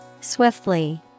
Swiftly